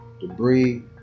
debris